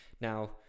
now